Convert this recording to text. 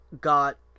got